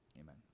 amen